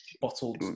bottled